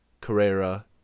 Carrera